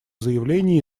заявление